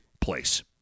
place